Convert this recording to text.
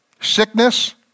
Sickness